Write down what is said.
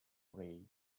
pray